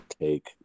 take